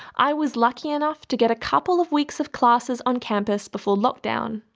i was lucky enough to get a couple of weeks of classes on campus before lockdown,